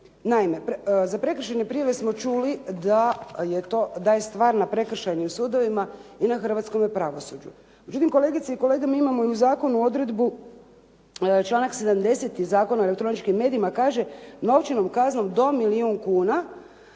Naime, za prekršajne prijave smo čuli da je stvar na prekršajnim sudovima i na hrvatskome pravosuđu, međutim kolegice i kolege mi imamo i u zakonu odredbu, članak 70. Zakona o elektroničkim medijima kaže novčanom kaznom do milijun kuna